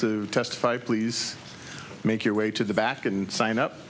to testify please make your way to the back and sign up